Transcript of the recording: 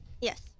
Yes